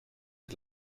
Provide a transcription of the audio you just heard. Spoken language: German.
die